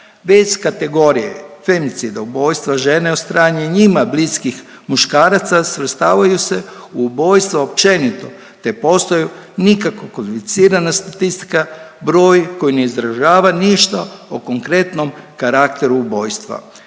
bez kategorija femicida ubojstva žene od strane njima bliskih muškaraca svrstavaju se u ubojstva općenito te postoje nikakvo .../Govornik se ne razumije./... statistika, broj koji ne izražava ništa o konkretnom karakteru ubojstva.